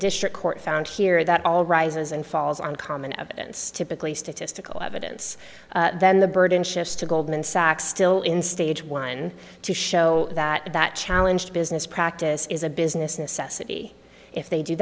district court found here that all rises and falls on common evidence typically statistical evidence then the burden shifts to goldman sachs still in stage one to show that that challenge business practice is a business necessity if they do